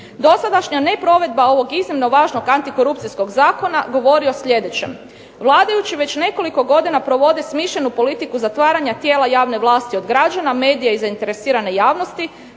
Dosadašnja neprovedba ovog iznimno važnog antikorupcijskog zakona govori o sljedećem. Vladajući već nekoliko godina provode smišljenu politiku zatvaranja tijela javne vlasti od građana, medija i zainteresirane javnosti